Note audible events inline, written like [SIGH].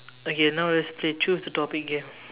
okay now let's play choose the topic game [LAUGHS]